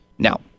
Now